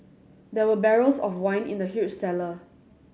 there were barrels of wine in the huge cellar